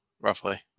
roughly